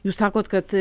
jūs sakot kad